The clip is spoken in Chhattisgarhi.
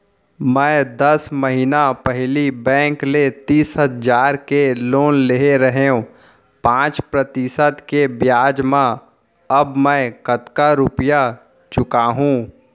मैं दस महिना पहिली बैंक ले तीस हजार के लोन ले रहेंव पाँच प्रतिशत के ब्याज म अब मैं कतका रुपिया चुका हूँ?